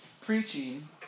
preaching